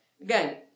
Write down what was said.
Again